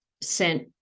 sent